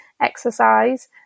exercise